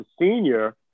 senior